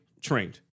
trained